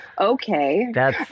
okay